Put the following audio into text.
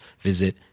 visit